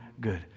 good